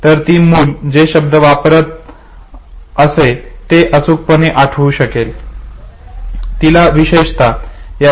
तर ती मूल जे शब्द वापरत असे ते अचूकपणे आठवू शकेल तिला विशेषतः याची आठवण होईल